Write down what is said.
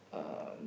um